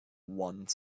one